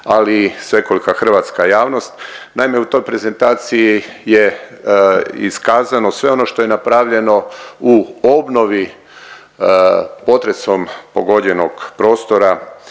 ali i svekolika hrvatska javnost. Naime, u toj prezentaciji je iskazano sve ono što je napravljeno u obnovi potresom pogođenog prostora